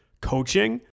coaching